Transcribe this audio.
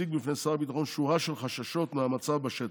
"הציג בפני שר הביטחון שורה של חששות מהמצב בשטח.